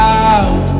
out